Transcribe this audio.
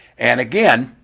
and, again,